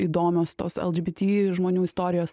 įdomios tos lgbt žmonių istorijos